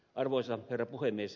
arvoisa herra puhemies